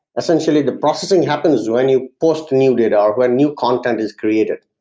essentially the processing happens when you post new data or when new content is created.